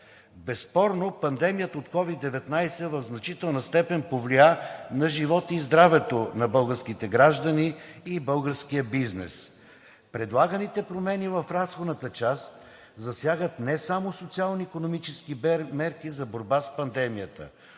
Безспорно пандемията от COVID-19 в значителна степен повлия на живота и здравето на българските граждани и българския бизнес. Предлаганите промени в разходната част засягат не само социално-икономически мерки за борба с пандемията.